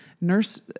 nurse